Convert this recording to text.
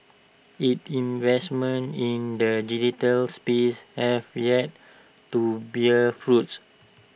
its investments in the digital space have yet to bear fruit